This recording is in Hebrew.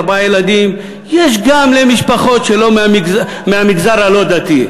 ארבעה ילדים יש גם למשפחות מהמגזר הלא-דתי.